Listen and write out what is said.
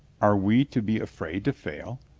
are we to be afraid to fail?